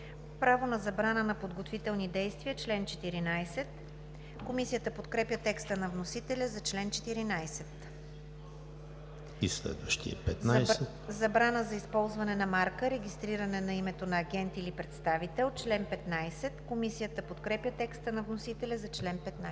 „Право на забрана на подготвителни действия – чл. 14“. Комисията подкрепя текста на вносителя за чл. 14. „Забрана за използване на марка, регистриране на името на агент или представител – чл. 15“. Комисията подкрепя текста на вносителя за чл. 15.